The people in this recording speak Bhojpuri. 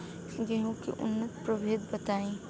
गेंहू के उन्नत प्रभेद बताई?